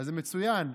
זה מצוין.